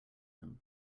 them